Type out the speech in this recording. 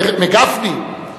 מגפני?